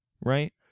right